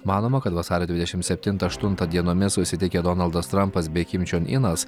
manoma kad vasario dvidešimt septintą aštuntą dienomis susitikę donaldas trampas bei kim čion inas